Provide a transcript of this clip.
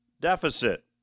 deficit